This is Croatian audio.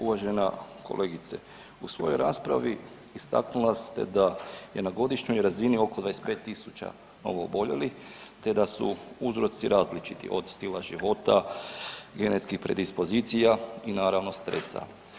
Uvažena kolegice u svojoj raspravi istaknula ste da je na godišnjoj razini oko 25 tisuća novooboljelih te da su uzroci različiti, od stila života, genetskih predispozicija i naravno stresa.